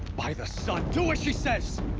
by the sun, do as she says!